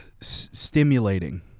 stimulating